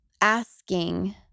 asking